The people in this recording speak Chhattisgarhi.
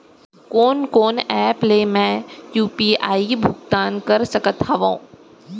कोन कोन एप ले मैं यू.पी.आई भुगतान कर सकत हओं?